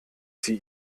sie